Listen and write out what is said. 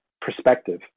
perspective